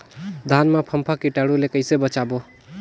धान मां फम्फा कीटाणु ले कइसे बचाबो?